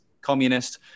communist